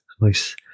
Nice